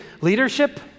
leadership